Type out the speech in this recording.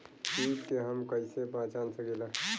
कीट के हम कईसे पहचान सकीला